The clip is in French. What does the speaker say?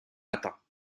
matin